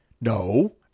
no